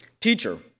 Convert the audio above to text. Teacher